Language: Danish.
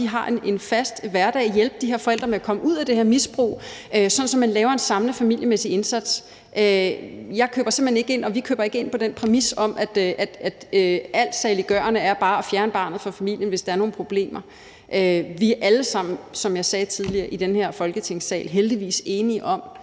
har en fast hverdag, hjælpe de her forældre med at komme ud af det her misbrug, sådan at man laver en samlet familiemæssig indsats. Jeg køber simpelt hen ikke og vi køber ikke ind på den præmis, at det saliggørende er bare at fjerne barnet fra familien, hvis der er nogle problemer. Vi er alle sammen, som jeg sagde tidligere i den her Folketingssal, heldigvis enige om,